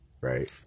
right